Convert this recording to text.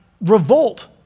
revolt